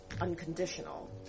unconditional